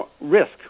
risk